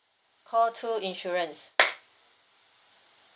call two insurance